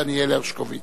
דניאל הרשקוביץ,